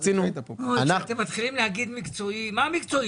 כשאתם מתחילים להגיד מקצועי, מה מקצועי?